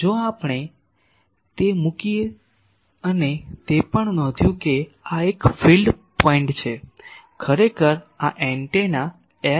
જો આપણે તે મૂકીએ અને તે પણ નોંધ્યું કે આ એક ફીલ્ડ પોઇન્ટ છે ખરેખર આ એન્ટેના I